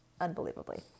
unbelievably